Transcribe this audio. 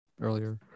earlier